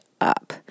up